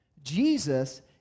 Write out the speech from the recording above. Jesus